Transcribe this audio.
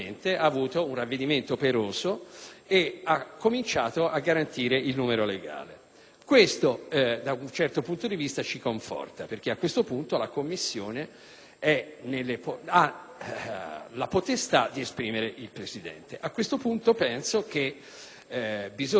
Questo da un certo punto di vista ci conforta, perché ora la Commissione ha la potestà di esprimere il Presidente. Penso che bisogna serenamente accettare il fatto che sta all'opposizione